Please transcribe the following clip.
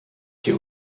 die